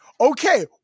Okay